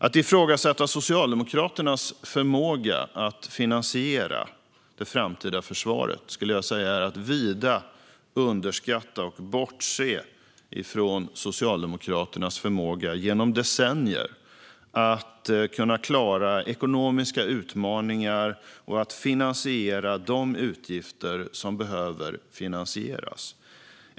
Att ifrågasätta Socialdemokraternas förmåga att finansiera det framtida försvaret skulle jag säga är att vida underskatta och bortse från Socialdemokraternas förmåga att genom decennier klara ekonomiska utmaningar och finansiera de utgifter som behöver finansieras.